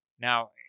Now